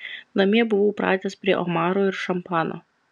namie buvau pratęs prie omarų ir šampano